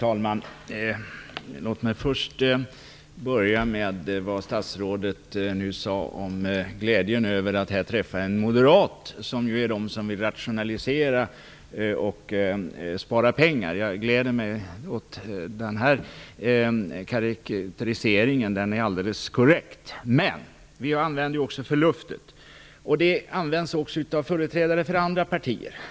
Fru talman! Först till det som statsrådet här sade om glädjen över att träffa en moderat. Moderaterna, säger hon, är ju de som vill rationalisera och spara pengar. Jag gläder mig åt den karakteristiken. Den är alldeles korrekt. Men vi använder också förnuftet, och det används också av företrädare för andra partier.